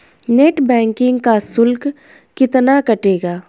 Net banking का शुल्क कितना कटेगा?